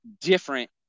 different